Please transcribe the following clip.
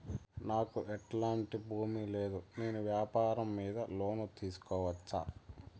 నాకు ఎట్లాంటి భూమి లేదు నేను వ్యాపారం మీద లోను తీసుకోవచ్చా?